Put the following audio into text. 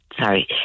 sorry